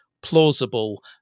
plausible